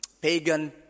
pagan